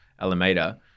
Alameda